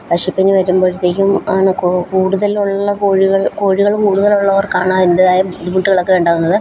പക്ഷിപ്പനി വരുമ്പോഴത്തേക്കും ആണ് കൂടുതലുള്ള കോഴികൾ കോഴികൾ കൂടുതലുള്ളവർക്കാണ് അതിൻ്റെതായ ബുദ്ധിമുട്ടുകളൊക്കെ ഉണ്ടാവുന്നത്